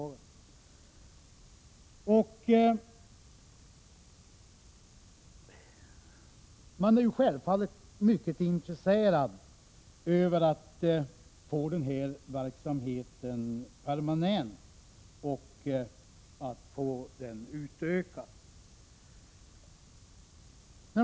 Länsstyrelsen i Västerbotten är självfallet mycket intresserad av att få verksamheten permanentad och utökad.